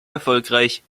erfolgreich